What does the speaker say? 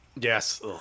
Yes